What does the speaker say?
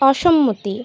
অসম্মতি